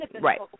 Right